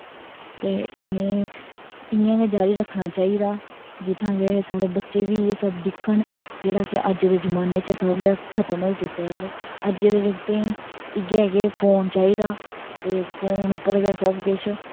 ते इनें गी इयां गै जारी रक्खना चाहिदा जित्थां के साढ़े बच्चे बी इयै सब दिक्खन जेहड़ा अज्ज दे जमाने च सब गै खत्म होई चुके दा ऐ अज्जै दे जागतें गी इयै के फोन चाहिदा ते फोन उप्पर गै सब किश